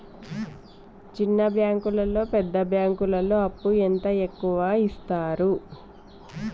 చిన్న బ్యాంకులలో పెద్ద బ్యాంకులో అప్పు ఎంత ఎక్కువ యిత్తరు?